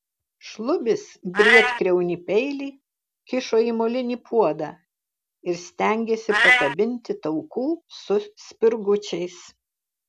šlubis briedkriaunį peilį kišo į molinį puodą ir stengėsi pakabinti taukų su spirgučiais